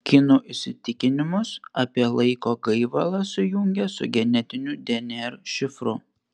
kinų įsitikinimus apie laiko gaivalą sujungė su genetiniu dnr šifru